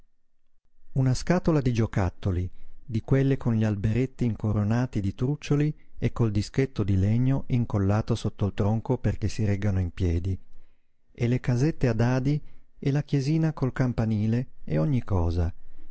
una scatola di giocattoli di quelle con gli alberetti incoronati di trucioli e col dischetto di legno incollato sotto al tronco perché si reggano in piedi e le casette a dadi e la chiesina col campanile e ogni cosa